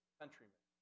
countrymen